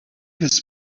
his